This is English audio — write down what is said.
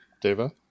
Deva